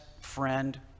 friend